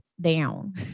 down